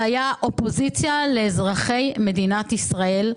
זה היה אופוזיציה לאזרחי מדינת ישראל.